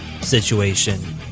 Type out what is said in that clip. situation